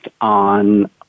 on